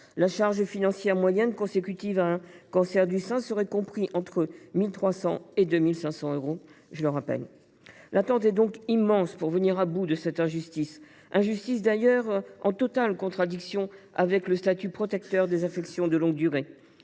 La charge financière moyenne consécutive à un cancer du sein serait comprise entre 1 300 et 2 500 euros. L’attente est donc immense pour venir à bout de cette injustice, qui est d’ailleurs en totale contradiction avec le statut protecteur des ALD. En pratique,